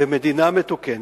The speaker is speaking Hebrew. במדינה מתוקנת,